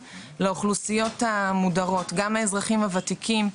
לאוכלוסיות המודרות: גם לאזרחים הוותיקים,